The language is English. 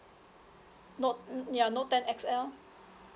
note ya note ten X_L